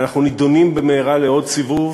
אנחנו נידונים במהרה לעוד סיבוב,